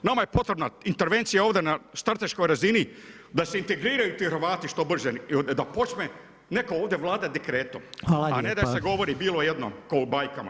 Nama je potrebna intervencija ovdje na strateškoj razini da se integriraju ti Hrvatski što brže, da počne netko ovdje vladati dekretom a ne da se govori bilo jednom, kao u bajkama.